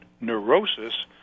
neurosis